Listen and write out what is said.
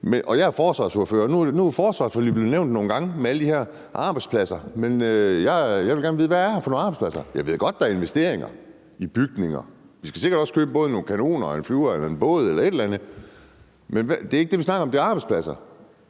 Jeg er forsvarsordfører, og nu er forsvaret selvfølgelig blevet nævnt nogle gange med alle de her arbejdspladser. Jeg vil gerne vide, hvad det er for nogle arbejdspladser. Jeg ved godt, der er investeringer i bygninger, og vi skal sikkert også købe både nogle kanoner og en flyver eller en båd eller et eller andet, men det er ikke det, vi snakker om. Det er arbejdspladser.